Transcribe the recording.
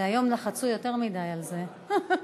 היום לחצו יותר מדי על זה.